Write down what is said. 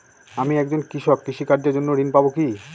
আমি একজন কৃষক কৃষি কার্যের জন্য ঋণ পাব কি?